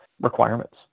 requirements